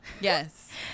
Yes